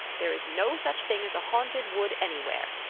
there is no such thing as a haunted wood anywhere.